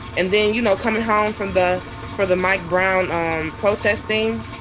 and then, you know, coming home from the for the mike brown um protesting,